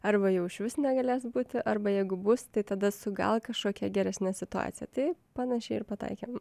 arba jau išvis negalės būti arba jeigu bus tai tada su gal kažkokia geresne situacija tai panašiai ir pataikėm